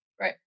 Right